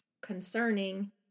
concerning